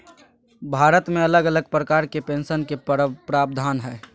भारत मे अलग अलग प्रकार के पेंशन के प्रावधान हय